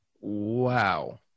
Wow